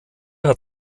hat